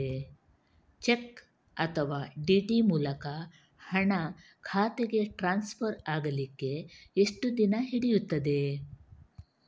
Check ಅಥವಾ DD ಮೂಲಕ ಹಣ ಖಾತೆಗೆ ಟ್ರಾನ್ಸ್ಫರ್ ಆಗಲಿಕ್ಕೆ ಎಷ್ಟು ದಿನ ಹಿಡಿಯುತ್ತದೆ?